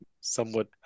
somewhat